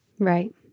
Right